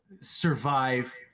survive